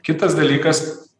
kitas dalykas